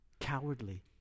cowardly